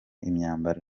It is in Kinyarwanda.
imyambaro